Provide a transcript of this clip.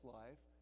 life